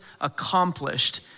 accomplished